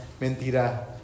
mentira